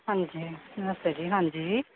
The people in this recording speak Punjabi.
ਹਾਂਜੀ ਨਮਸਤੇ ਜੀ ਹਾਂਜੀ